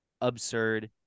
absurd